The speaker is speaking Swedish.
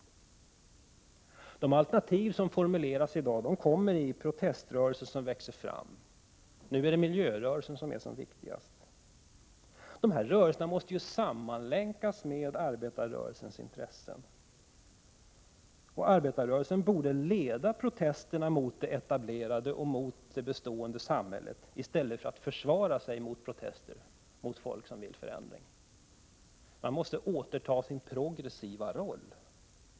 De alternativ som formuleras i dag kommer till uttryck i de olika proteströrelser som växer fram. Nu är det miljörörelsen som är viktigast. Dessa rörelser måste sammanlänkas med arbetarrörelsens intressen. Arbetarrörelsen borde leda protesterna mot det etablerade, mot det bestående samhället i stället för att försvara sig mot protester och mot människor som vill ha förändringar. Arbetarrörelsen måste återta sin progressiva roll.